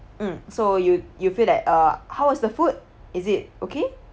mm so you you feel that uh how was the food is it okay